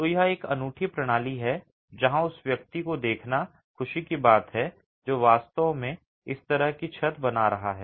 तो यह एक अनूठी प्रणाली है जहां उस व्यक्ति को देखना खुशी की बात है जो वास्तव में इस तरह की छत बना रहा है